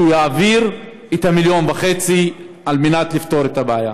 שהוא יעביר את ה-1.5 מיליון על מנת לפתור את הבעיה.